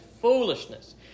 foolishness